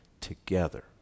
together